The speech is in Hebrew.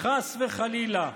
חס וחלילה.